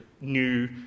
new